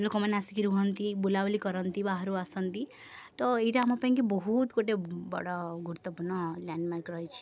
ଲୋକମାନେ ଆସିକି ରୁହନ୍ତି ବୁଲାବୁଲି କରନ୍ତି ବାହାରୁ ଆସନ୍ତି ତ ଏଇଟା ଆମ ପାଇଁକି ବହୁତ ଗୋଟେ ବଡ଼ ଗୁରୁତ୍ୱପୂର୍ଣ୍ଣ ଲ୍ୟାଣ୍ଡମାର୍କ ରହିଛି